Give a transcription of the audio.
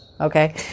Okay